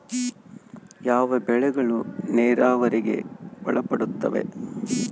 ಯಾವ ಬೆಳೆಗಳು ನೇರಾವರಿಗೆ ಒಳಪಡುತ್ತವೆ?